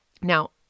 Now